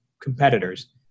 competitors